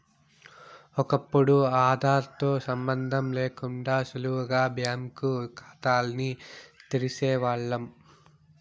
ఒకప్పుడు ఆదార్ తో సంబందం లేకుండా సులువుగా బ్యాంకు కాతాల్ని తెరిసేవాల్లం